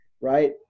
right